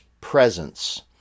presence